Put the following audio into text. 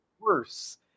worse